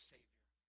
Savior